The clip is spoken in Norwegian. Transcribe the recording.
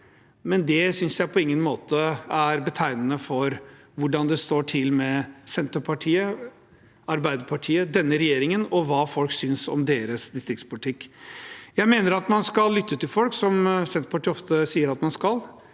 men det synes jeg på ingen måte er betegnende for hvordan det står til med Senterpartiet, Arbeiderpartiet og denne regjeringen, og hva folk synes om deres distriktspolitikk. Jeg mener at man skal lytte til folk, som Senterpartiet ofte sier at man skal.